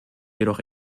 jedoch